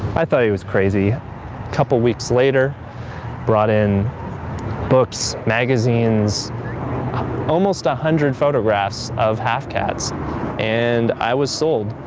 i thought he was crazy couple weeks later brought in books magazines almost a hundred photographs of half cats and i was sold.